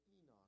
Enoch